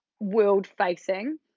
world-facing